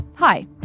Hi